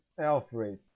Alfred